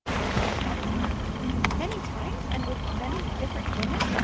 replied adeline many times? and with many different women?